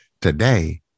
Today